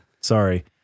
Sorry